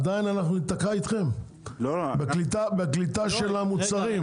עדיין ניתקע אתכם בקליטה של המוצרים.